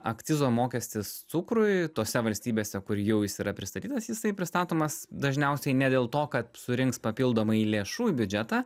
akcizo mokestis cukrui tose valstybėse kur jau jis yra pristatytas jisai pristatomas dažniausiai ne dėl to kad surinks papildomai lėšų į biudžetą